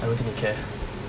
I don't think they care